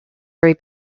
very